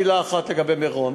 מילה אחת לגבי מירון,